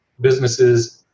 businesses